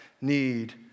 need